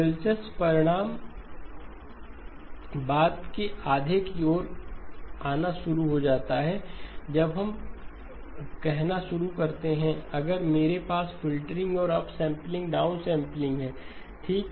दिलचस्प परिणाम बाद के आधे की ओर आना शुरू हो जाता है जब हम कहना शुरू करते हैं अगर मेरे पास फ़िल्टरिंग और अपसैंपलिंगडाउनसैंपलिंग है ठीक